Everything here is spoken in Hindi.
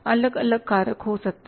अलग अलग कारक हो सकते हैं